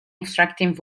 extracting